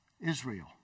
Israel